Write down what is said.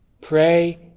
Pray